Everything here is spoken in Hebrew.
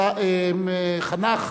חנך